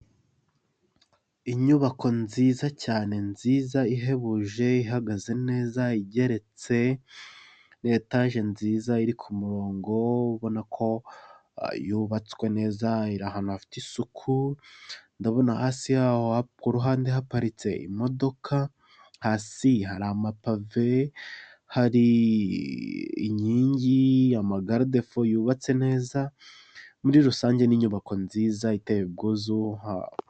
Inyubako nziza cyane nziza ihebuje ihagaze neza igeretse, ni etaje nziza iri kumurongo ubona ko yubatswe neza iri ahantu hafite isuku ndabona hasi yaho kuruhande haparitse imodoka, hasi hari amapave, hari inyingi, amagaridefo yubatse neza, muri rusange ni inyubako nziza iteye ubwuzu.